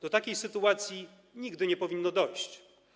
Do takiej sytuacji nigdy nie powinno dojść.